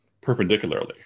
perpendicularly